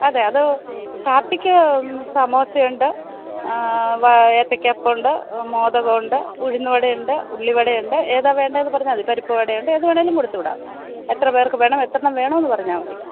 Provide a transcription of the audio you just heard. അതെ അത് കാപ്പിക്കു സമോസയുണ്ട് ആ ഏത്തയ്ക്കാ അപ്പമുണ്ട് മോദകമുണ്ട് ഉഴുന്നവട ഉണ്ട് ഉള്ളിവട ഉണ്ട് ഏതാണു വേണ്ടതെന്നു പറഞ്ഞാല് മതി പരിപ്പുവട ഉണ്ട് ഏത് വേണമെങ്കിലും കൊടുത്തുവിടാം എത്ര പേർക്കു വേണം എത്രയെണ്ണം വേണമെന്നു പറഞ്ഞാല് മതി